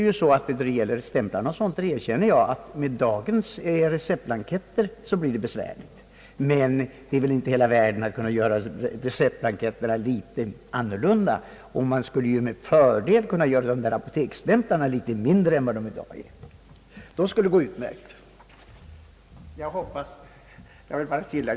Vad beträffar stämplarna o. s. v. erkänner jag att med dagens receptblanketter blir det besvärligt. Men det är inte hela världen att göra blanketterna litet annorlunda. Man skulle med fördel kunna göra stämplarna litet mindre än nu. Då skulle allting fungera utmärkt.